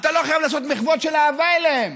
אתה לא חייב לעשות מחוות של אהבה אליהם.